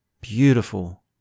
beautiful